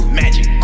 magic